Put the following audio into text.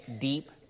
deep